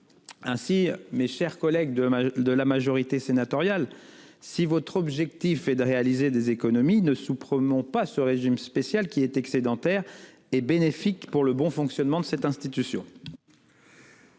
Mes chers collègues de la majorité sénatoriale, si votre objectif est de réaliser des économies, ne supprimez pas ce régime spécial, qui est excédentaire et qui participe du bon fonctionnement de cette institution.